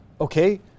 Okay